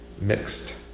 mixed